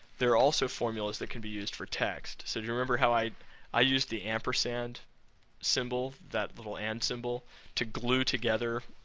there are also formulas that can be used for text. so, do you remember how i i used the and symbol that little and symbol to glue together